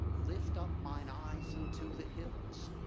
lift up mine eyes into the hills.